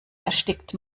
erstickt